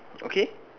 okay